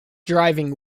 driving